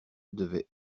devait